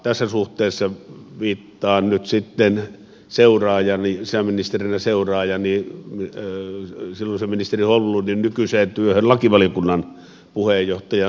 tässä suhteessa viittaan nyt sitten seuraajani sisäministerinä seuraajani silloisen ministeri holmlundin nykyiseen lakivaliokunnan puheenjohtajan työhön